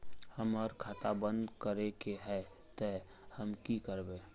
हमर खाता बंद करे के है ते हम की करबे?